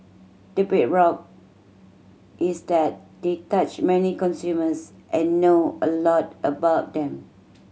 the bedrock is that they touch many consumers and know a lot about them